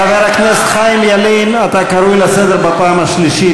חבר הכנסת חיים ילין, אתה קרוי לסדר בפעם השלישית.